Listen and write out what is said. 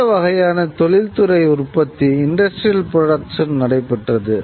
புதிய வகையான தொழில்துறை உற்பத்தி நடைபெற்றது